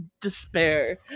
despair